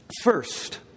First